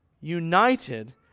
united